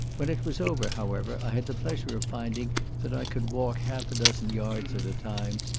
when it was over, however, i had the pleasure of finding that i could walk half a dozen yards at a time,